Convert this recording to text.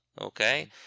okay